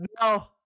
No